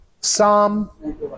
Psalm